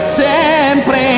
sempre